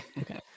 Okay